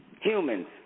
Humans